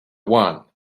one